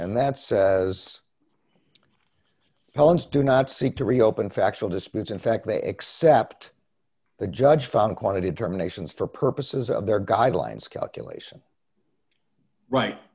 and that says helen's do not seek to reopen factual disputes in fact they except the judge found quantity terminations for purposes of their guidelines calculation right